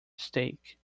stake